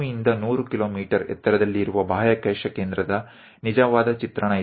ಭೂಮಿಯಿಂದ 100 ಕಿಲೋಮೀಟರ್ ಎತ್ತರದಲ್ಲಿ ಇರುವ ಬಾಹ್ಯಾಕಾಶ ಕೇಂದ್ರದ ನಿಜವಾದ ಚಿತ್ರಣ ಇದು